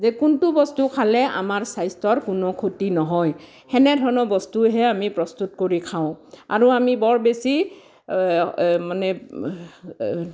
যে কোনটো বস্তু খালে আমাৰ স্বাস্থ্যৰ কোনো ক্ষতি নহয় হেনে ধৰণৰ বস্তুহে আমি প্ৰস্তুত কৰি খাওঁ আৰু আমি বৰ বেছি মানে